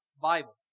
Bibles